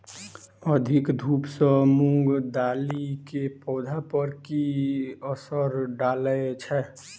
अधिक धूप सँ मूंग दालि केँ पौधा पर की असर डालय छै?